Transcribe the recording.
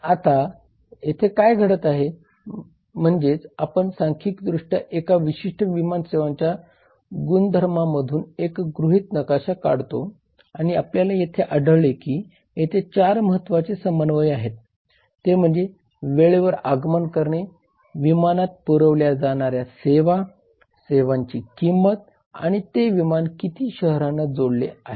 आता येथे काय घडत आहे ते म्हणजे आपण सांख्यिकीयदृष्ट्या एका विशिष्ट विमान सेवांच्या गुणधर्मांमधून एक गृहीत नकाशा काढतो आणि आपल्याला येथे आढळले की येथे चार महत्त्वाचे समन्वय आहेत ते म्हणजे वेळेवर आगमन करणे विमानात पुरविल्या जाणाऱ्या सेवा सेवांची किंमत आणि ते विमान किती शहरांना जोडलेले आहेत